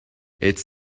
its